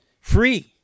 free